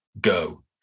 Go